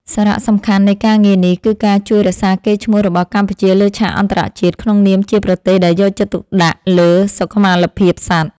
សារៈសំខាន់នៃការងារនេះគឺការជួយរក្សាកេរ្តិ៍ឈ្មោះរបស់កម្ពុជាលើឆាកអន្តរជាតិក្នុងនាមជាប្រទេសដែលយកចិត្តទុកដាក់លើសុខុមាលភាពសត្វ។